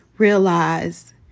realize